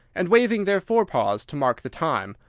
and waving their forepaws to mark the time,